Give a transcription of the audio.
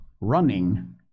running